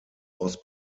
was